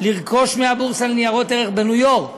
לרכוש מהבורסה לניירות ערך בניו-יורק